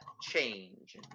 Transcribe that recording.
change